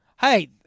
Hey